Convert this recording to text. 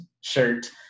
shirt